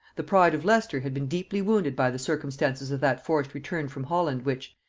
the pride of leicester had been deeply wounded by the circumstances of that forced return from holland which,